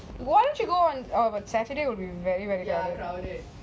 why don't you go on a saturday will be very very crowded